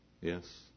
yes